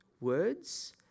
Words